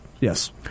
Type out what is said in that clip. Yes